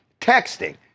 texting